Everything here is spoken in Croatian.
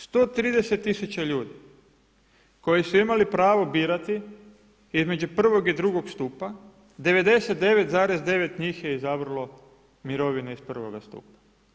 130 tisuća ljudi koji su imali pravo birati između prvog i drugog stupa, 99,9 njih je izabralo mirovine iz prvoga stupa.